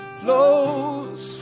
flows